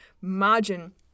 margin